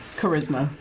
charisma